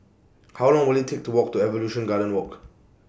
How Long Will IT Take to Walk to Evolution Garden Walk